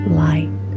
light